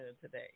today